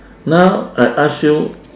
now I ask you